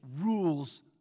rules